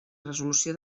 resolució